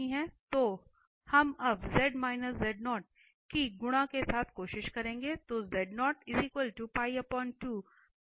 तो यह मौजूद नहीं है तो हम अब की गुणा के साथ कोशिश करेंगे तो